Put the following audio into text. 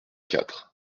quatre